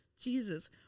Jesus